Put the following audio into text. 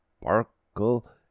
sparkle